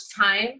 time